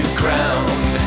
ground